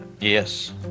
yes